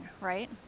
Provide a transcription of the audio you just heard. right